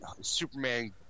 Superman